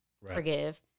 forgive